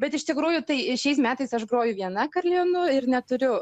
bet iš tikrųjų tai šiais metais aš groju viena karilionu ir neturiu